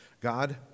God